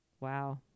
wow